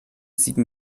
sieben